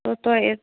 تہٕ تۄہہِ